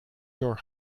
your